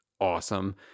awesome